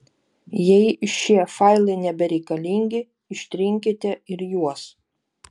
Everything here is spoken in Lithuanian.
jei šie failai nebereikalingi ištrinkite ir juos